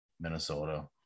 Minnesota